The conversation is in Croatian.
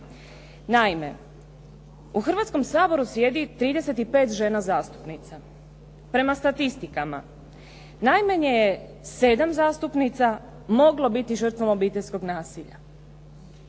Naime, u Hrvatskom saboru sjedi 35 žena zastupnica. Prema statistika, najmanje je sedam zastupnica moglo biti žrtvom obiteljskog nasilja.